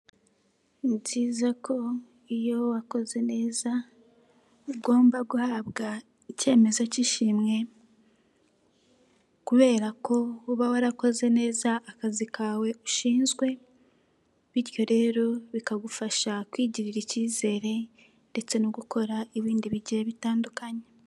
Ni byiza ko iyo wakoze neza ugomba guhabwa ikemezo k'ishimwe kubera ko uba warakoze neza akazi kawe ushinzwe, bityo rero bikagufasha kwigirira ikizere ndetse no gukora ibindi bigiye bitandukanye.